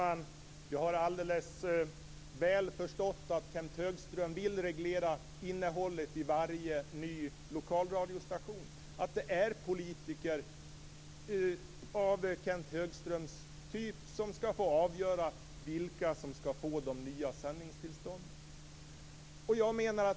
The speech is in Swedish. Fru talman! Jag har alldeles väl förstått att Kenth Högström vill reglera innehållet i varje ny lokalradiostation, att det är politiker av Kenth Högströms typ som skall få avgöra vilka som skall få de nya sändningstillstånden.